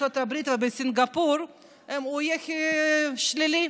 בארצות הברית ובסינגפור זה יהיה שלילי,